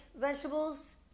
vegetables